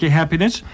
happiness